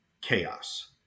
Chaos